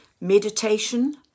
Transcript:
meditation